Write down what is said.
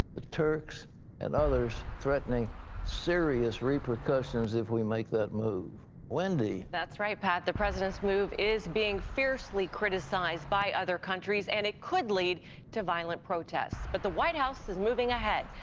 the turks and others threatening serious repercussions if we make that move. wendy that's right, pat. the president's move is being fiercely criticized by other countries, and it could lead to violent protests, but the white house is moving ahead.